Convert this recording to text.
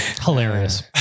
hilarious